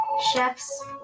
Chefs